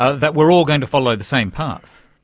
ah that we are all going to follow the same path.